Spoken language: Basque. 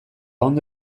ondo